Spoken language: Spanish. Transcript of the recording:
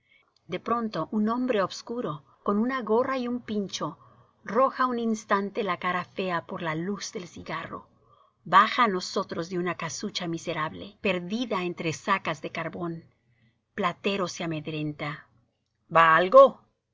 de pronto un hombre obscuro con una gorra y un pincho roja un instante la cara fea por la luz del cigarro baja á nosotros de una casucha miserable perdida entre sacas de carbón platero se amedrenta va algo